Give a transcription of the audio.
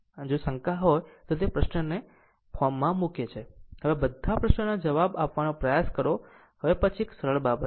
આમ જો કોઈ શંકા હોય તો તે પ્રશ્નને ફોર્મમાં મૂકે છે હવે આ બધા પ્રશ્નના જવાબ આપવાનો પ્રયાસ કરો હવે પછી એક સરળ બાબત છે